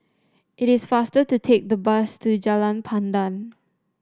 it is faster to take the bus to Jalan Pandan